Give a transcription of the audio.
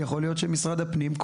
יכול להיות שמשרד הפנים,